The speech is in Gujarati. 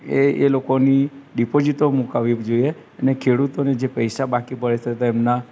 એ એ લોકોની ડીપોઝિટો મુકાવવી જોઈએ અને ખેડૂતોને જે પૈસા બાકી પડે છે તેમના